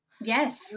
Yes